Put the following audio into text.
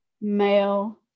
male